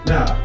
Now